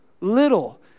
little